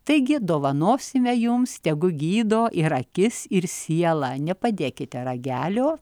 taigi dovanosime jums tegu gydo ir akis ir sielą nepadėkite ragelio